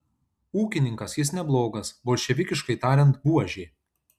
ūkininkas jis neblogas bolševikiškai tariant buožė